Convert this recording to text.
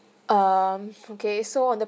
um okay so on the